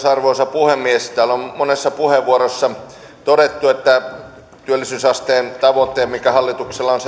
arvoisa puhemies täällä on monessa puheenvuorossa todettu että työllisyysasteen tavoite mikä hallituksella on